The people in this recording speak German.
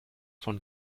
von